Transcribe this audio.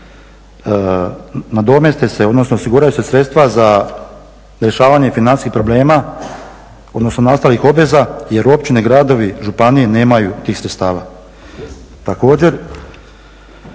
nadomjeste se odnosno osiguraju se sredstva za rješavanje financijskih problema odnosno nastalih obveza jer općine, gradovi, županije nemaju tih sredstava.